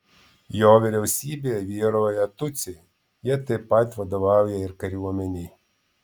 jo vyriausybėje vyrauja tutsiai jie taip pat vadovauja ir kariuomenei